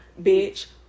bitch